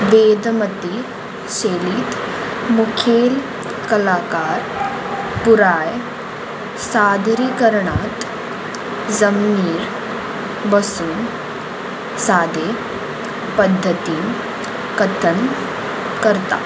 वेदमती शैलींत मुखेल कलाकार पुराय सादरीकरणांत जमनीर बसून सादे पद्दतीन कथन करता